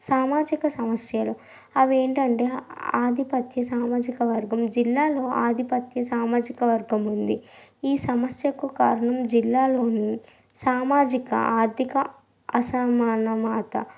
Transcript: సామాజిక సమస్యలు అవేంటంటే ఆధిపత్య సామాజిక వర్గం జిల్లాలో ఆధిపత్య సామాజిక వర్గం ఉంది ఈ సమస్యకు కారణం జిల్లాలోని సామాజిక ఆర్థిక అసమానత